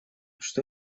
что